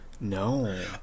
no